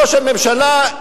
ראש הממשלה,